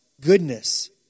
goodness